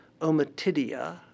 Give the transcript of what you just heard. omatidia